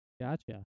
Gotcha